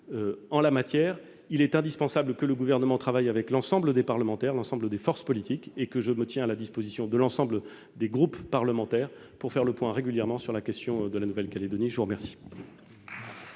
en la matière, il est indispensable que le Gouvernement travaille avec l'ensemble des parlementaires et des forces politiques. C'est pourquoi je me tiens à la disposition de l'ensemble des groupes parlementaires pour faire régulièrement le point sur la question de la Nouvelle-Calédonie. La parole